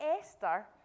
Esther